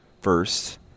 first